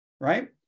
right